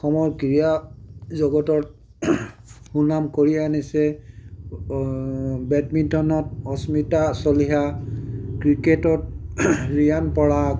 অসমৰ ক্ৰীড়া জগতত সুনাম কঢ়িয়াই আনিছে বেটমিণ্টনত অস্মিতা চলিহা ক্ৰিকেটত ৰিয়ান পৰাগ